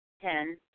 Ten